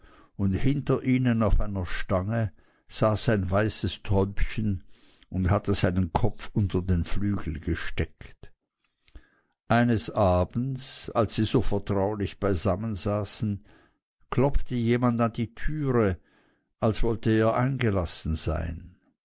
und hinter ihnen auf einer stange saß ein weißes täubchen und hatte seinen kopf unter den flügel gesteckt eines abends als sie so vertraulich beisammen saßen klopfte jemand an die türe als wollte er eingelassen sein